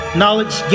knowledge